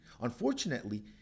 Unfortunately